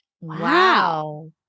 Wow